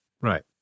Right